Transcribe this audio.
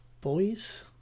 Boys